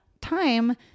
time